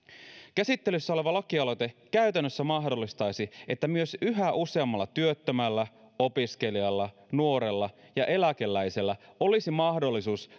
käsittelyssä oleva lakialoite käytännössä mahdollistaisi että myös yhä useammalla työttömällä opiskelijalla nuorella ja eläkeläisellä olisi mahdollisuus